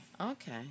Okay